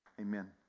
Amen